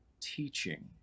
teaching